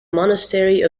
monastery